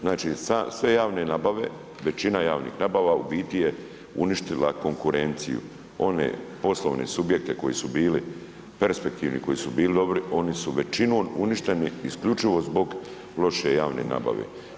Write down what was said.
Znači sve javne nabave, većina javne nabava u biti je uništila konkurenciju one poslovne subjekte koji su bili perspektivni, koji su bili dobri oni su većinom uništeni isključivo zbog loše javne nabave.